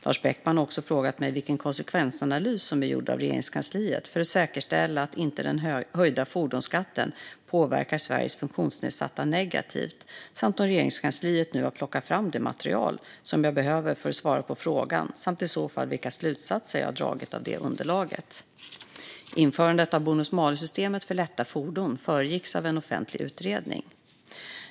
Lars Beckman har också frågat mig vilken konsekvensanalys som är gjord av Regeringskansliet för att säkerställa att den höjda fordonsskatten inte påverkar Sveriges funktionsnedsatta negativt samt om Regeringskansliet nu har plockat fram det material som jag behöver för att svara på frågan samt i så fall vilka slutsatser jag har dragit av det underlaget. Införandet av bonus-malus-systemet för lätta fordon föregicks av en offentlig utredning.